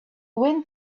wind